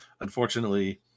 unfortunately